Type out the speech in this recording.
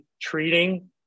treating